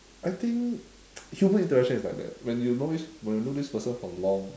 I think human interaction is like there when you know this when you know this person for long